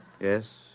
Yes